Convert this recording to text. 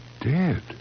Dead